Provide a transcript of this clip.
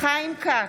חיים כץ,